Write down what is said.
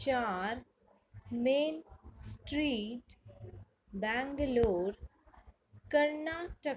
चारि main street Bengaluru Karnataka